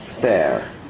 fair